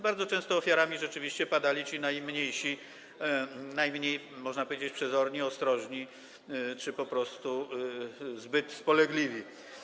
Bardzo często ofiarami rzeczywiście padali ci najmniejsi, najmniej, można powiedzieć, przezorni, ostrożni czy po prostu zbyt ulegli.